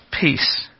peace